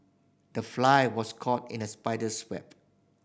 the fly was caught in the spider's web